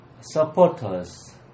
supporters